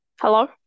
Hello